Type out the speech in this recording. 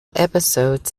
episodes